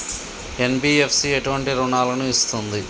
NBFC ఎటువంటి రుణాలను ఇస్తుంది?